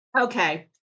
Okay